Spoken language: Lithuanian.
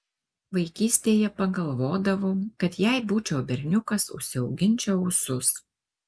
vaikystėje pagalvodavau kad jei būčiau berniukas užsiauginčiau ūsus